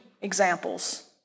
examples